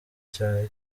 cyane